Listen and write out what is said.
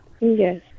Yes